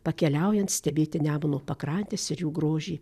pakeliaujant stebėti nemuno pakrantes ir jų grožį